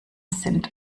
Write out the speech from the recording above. sind